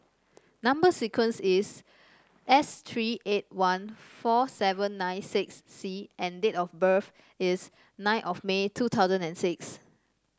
number sequence is S tree eight one four seven nine six C and date of birth is nine May two thousand and six